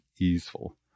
easeful